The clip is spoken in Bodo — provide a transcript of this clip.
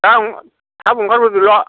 दा थाब ओंखारबोदोल'